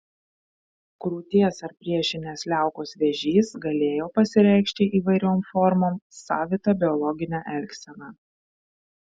krūties ar priešinės liaukos vėžys galėjo pasireikšti įvairiom formom savita biologine elgsena